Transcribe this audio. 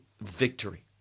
victory